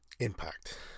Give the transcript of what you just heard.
Impact